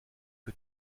que